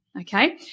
okay